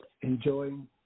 enjoying